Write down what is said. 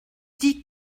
dit